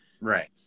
right